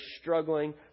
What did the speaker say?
struggling